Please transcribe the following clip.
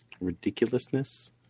ridiculousness